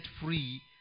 free